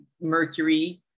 Mercury